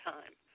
Time